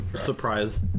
surprise